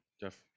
Jeff